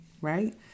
right